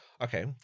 okay